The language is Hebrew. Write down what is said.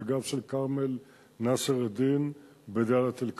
כיוף, וגם של כרמל נאסר א-דין בדאלית-אל-כרמל.